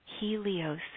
Helios